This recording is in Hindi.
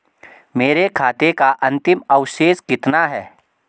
मेरे खाते का अंतिम अवशेष कितना है?